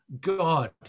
God